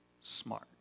smart